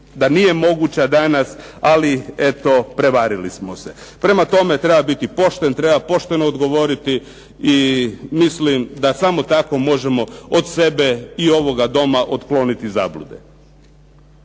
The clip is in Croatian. da nije moguća danas, ali eto prevarili smo se. Prema tome treba biti pošten, treba pošteno odgovoriti i mislim da samo tako možemo od sebe i ovoga Doma otkloniti zablude.